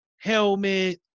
helmet